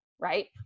Right